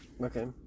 Okay